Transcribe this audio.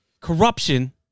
corruption